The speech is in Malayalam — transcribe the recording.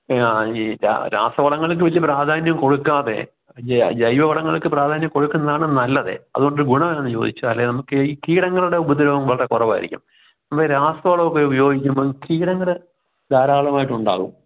അ ഈ രാസവളങ്ങൾക്ക് വലിയ പ്രാധാന്യം കൊടുക്കാതെ ജൈവ വളങ്ങൾക്ക് പ്രാധാന്യം കൊടുക്കുന്നതാണ് നല്ലത് അതുകൊണ്ട് ഗുണം എന്നാന്ന് ചോദിച്ചാൽ നമുക്ക് ഈ കീടങ്ങളുടെ ഉപദ്രവം വളരെ കുറവായിരിക്കും നമ്മൾ രാസവളം ഉപയോഗിക്കുമ്പം കീടങ്ങൾ ധാരാളമായിട്ടുണ്ടാകും